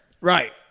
Right